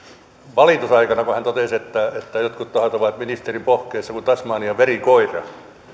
valitus aikanaan kun hän totesi että jotkut tahot ovat ministerin pohkeessa kuin tasmanian verikoira